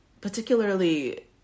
particularly